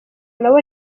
nabo